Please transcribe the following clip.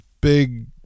big